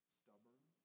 stubborn